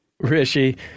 Rishi